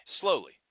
slowly